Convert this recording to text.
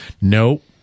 Nope